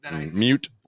Mute